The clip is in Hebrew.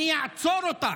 אני אעצור אותך.